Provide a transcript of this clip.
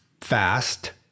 fast